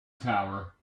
tower